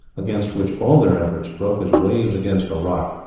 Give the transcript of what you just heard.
against which all their efforts broke as waves against a rock,